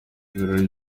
ibirori